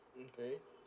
okay